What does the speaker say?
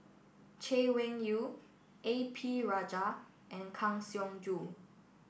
Chay Weng Yew A P Rajah and Kang Siong Joo